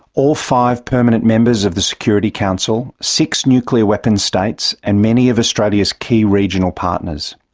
all five permanent members of the security council, six nuclear weapons states, and many of australia's key regional partners.